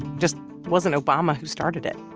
just wasn't obama who started it.